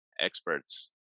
experts